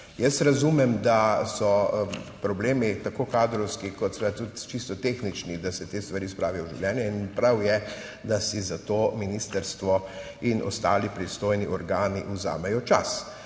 jaz razumem, da so problemi tako kadrovski kot tudi čisto tehnični, da se te stvari spravijo v življenje, in prav je, da si zato ministrstvo in ostali pristojni organi vzamejo čas,